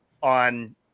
on